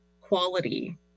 quality